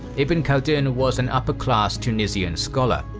ibn khaldun was an upper-class tunisian scholar.